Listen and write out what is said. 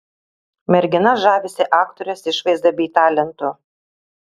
mergina žavisi aktorės išvaizda bei talentu